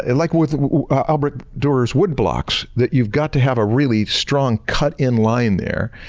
and like with albrecht durer wood blocks, that you've got to have a really strong cut in line there.